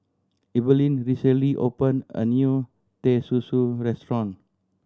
Eveline recently opened a new Teh Susu restaurant